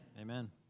Amen